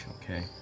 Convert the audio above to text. okay